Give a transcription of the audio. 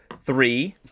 Three